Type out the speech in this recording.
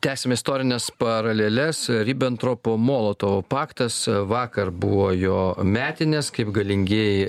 tęsiame istorines paraleles ribentropo molotovo paktas vakar buvo jo metinės kaip galingieji